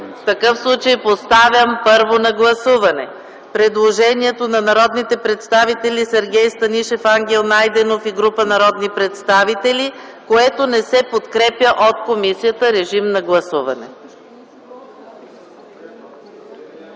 В такъв случай поставям първо на гласуване предложението на народните представители Сергей Станишев, Ангел Найденов и група народни представители, което не се подкрепя от комисията. Гласували